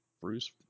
Bruce